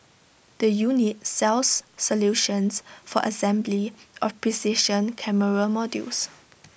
the unit sells solutions for assembly of precision camera modules